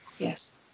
Yes